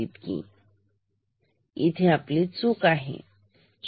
5 ची इथे आपली चूक आहे 0